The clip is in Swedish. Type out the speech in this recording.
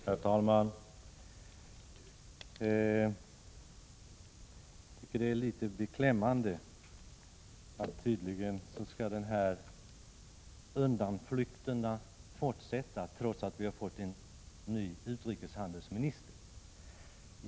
Herr talman! Det är beklämmande att undanflykterna tydligen fortsätter, trots att vi har fått en ny utrikeshandelsminister.